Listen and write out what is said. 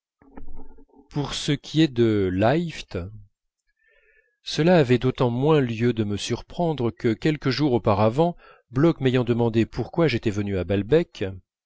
pour ce qui est de laïft cela avait d'autant moins lieu de me surprendre que quelques jours auparavant bloch m'ayant demandé pourquoi j'étais venu à balbec